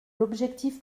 l’objectif